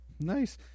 Nice